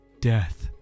death